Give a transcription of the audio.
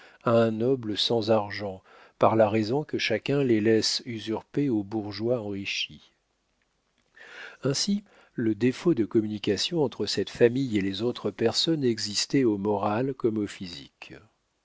un noble sans argent par la raison que chacun les laisse usurper aux bourgeois enrichis ainsi le défaut de communication entre cette famille et les autres personnes existait au moral comme au physique